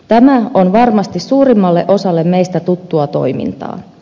tämä on varmasti suurimmalle osalle meistä tuttua toimintaa